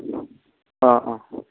अ अ